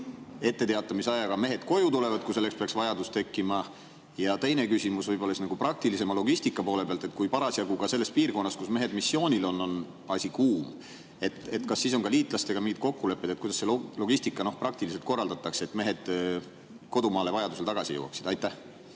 etteteatamisaja peale mehed koju tulevad, kui selleks peaks vajadus tekkima. Ja teine küsimus võib-olla nagu praktilisema logistika poole pealt: kui parasjagu selles piirkonnas, kus mehed missioonil on, on asi kuum, kas siis on liitlastega mingid kokkulepped, kuidas see logistika praktiliselt korraldatakse, et mehed vajadusel kodumaale tagasi jõuaksid? Aitäh!